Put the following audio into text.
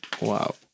Wow